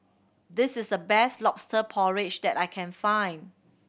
this is the best Lobster Porridge that I can find